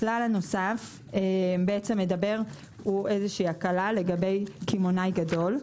הכלל הנוסף מדבר הקלה לגבי קמעונאי גדול.